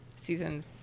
season